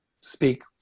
speak